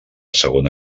segona